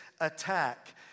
attack